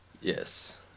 Yes